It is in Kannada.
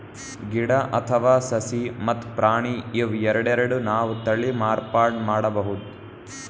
ಗಿಡ ಅಥವಾ ಸಸಿ ಮತ್ತ್ ಪ್ರಾಣಿ ಇವ್ ಎರಡೆರಡು ನಾವ್ ತಳಿ ಮಾರ್ಪಾಡ್ ಮಾಡಬಹುದ್